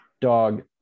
dog